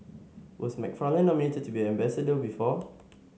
was McFarland nominated to be ambassador before